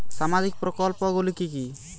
সামাজিক প্রকল্প গুলি কি কি?